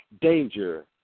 danger